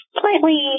slightly